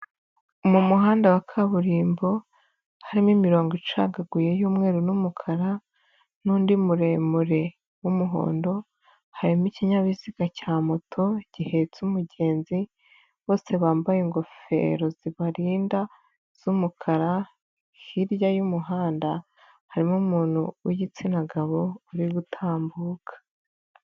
Mu muhanda wa kaburimbo, harimo imirongo icagaguye y'umweru n'umukara, n'undi muremure w'umuhondo, harimo ikinyabiziga cya moto gihetse umugenzi, bose bambaye ingofero zibarinda z'umukara, hirya y'umuhanda, harimo umuntu w'igitsina gabo uri gutambuka.